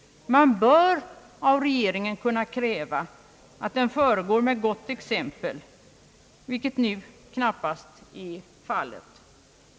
Man bör av regeringen kunna kräva att den föregår med gott exempel, vilket nu knappast är fallet.